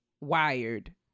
wired